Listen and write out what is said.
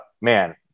man